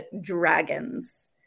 dragons